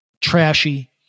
trashy